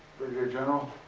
brigadier general.